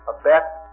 abet